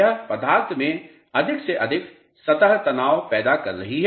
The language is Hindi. यह पदार्थ में अधिक से अधिक सतह तनाव पैदा कर रही है